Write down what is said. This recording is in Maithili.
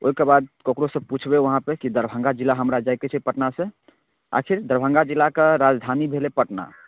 ओहिके बाद ककरोसँ पुछबै वहाँपर कि दरभंगा जिला हमरा जायके छै पटनासँ अच्छे दरभंगा जिलाके राजधानी भेलै पटना